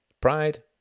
Pride